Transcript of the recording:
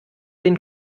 den